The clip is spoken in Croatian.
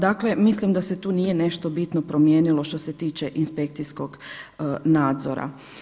Dakle, mislim da se tu nije nešto bitno promijenilo što se tiče inspekcijskog nadzora.